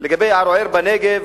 לגבי ערוער בנגב,